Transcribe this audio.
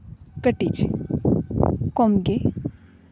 ᱠᱟᱹᱴᱤᱡ ᱠᱷᱚᱱᱜᱮ